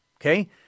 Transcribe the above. Okay